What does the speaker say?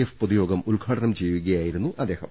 F പൊതു യോഗം ഉദ്ഘാടനം ചെയ്യുകയായിരുന്നു ചെയ്യൂരി